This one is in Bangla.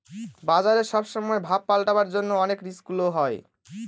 বাজারে সব সময় ভাব পাল্টাবার জন্য অনেক রিস্ক গুলা হয়